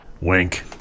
wink